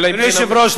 אדוני היושב-ראש,